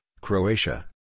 Croatia